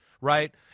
right